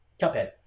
Cuphead